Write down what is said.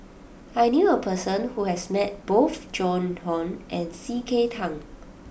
I knew a person who has met both Joan Hon and C K Tang